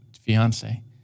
fiance